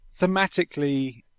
Thematically